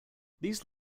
these